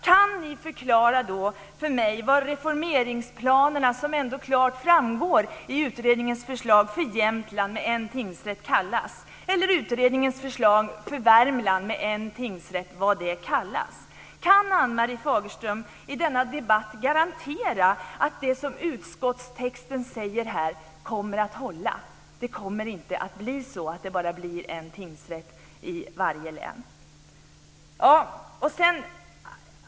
Kan ni förklara för mig vad reformeringsplanerna med en tingsrätt för Jämtland kallas, som ändå klart framgår av utredningens förslag, eller vad utredningens förslag med en tingsrätt för Värmland kallas? Kan Ann-Marie Fagerström i denna debatt garantera att det som utskottstexten här säger kommer att hålla och att det inte kommer att bli bara en tingsrätt i varje län?